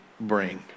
bring